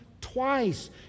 twice